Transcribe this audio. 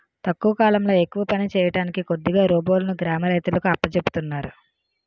తక్కువ కాలంలో ఎక్కువ పని చేయడానికి కొత్తగా రోబోలును గ్రామ రైతులకు అప్పజెపుతున్నారు